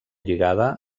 lligada